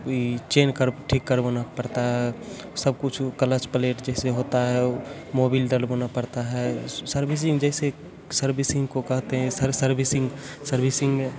कोई चेन कर ठीक करवाना पड़ता है सब कुछ कलच पलेट जैसे होता है मोबील डलवाना पड़ता है सर्विसिंग जैसे सर्विसिंग को कहते हैं सर सर्विसिंग